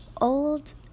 old